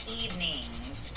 evenings